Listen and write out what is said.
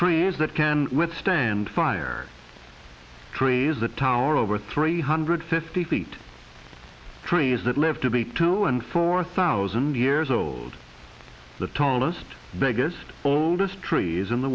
trees that can withstand fire trees the tower over three hundred fifty feet trees that live to be two and four thousand years old the tallest biggest oldest trees in the